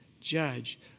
judge